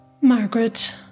Margaret